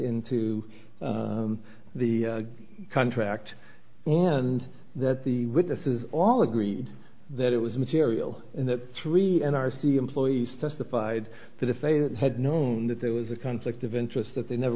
into the contract and that the witnesses all agreed that it was material and that three n r c employees testified that if a they had known that there was a conflict of interest that they never